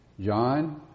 John